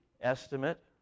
estimate